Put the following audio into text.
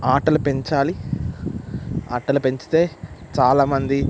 ఆటలు పెంచాలి ఆటలు పెంచితే చాలామంది